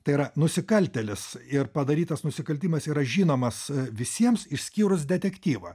tai yra nusikaltėlis ir padarytas nusikaltimas yra žinomas visiems išskyrus detektyvą